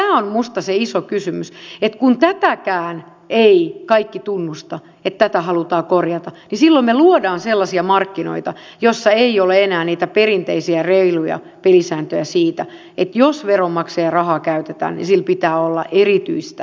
tämä on minusta se iso kysymys että kun tätäkään eivät kaikki tunnusta että tätä halutaan korjata niin silloin me luomme sellaisia markkinoita joilla ei ole enää niitä perinteisiä reiluja pelisääntöjä siitä että jos veronmaksajan rahaa käytetään niin sille pitää olla erityistä syytä